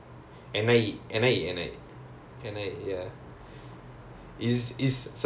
where is it A_D_M N_I_E oh oh how is it sounds cool